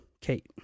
Kate